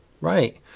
Right